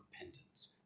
repentance